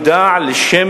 לפניה הרבה הצעות חוק בכנסת,